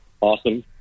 awesome